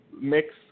mix